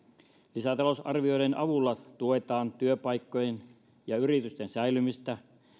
lisätalousarvioiden avulla tuetaan työpaikkojen ja yritysten säilymistä